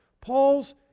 Paul's